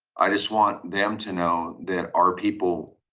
i just want them to know that our people,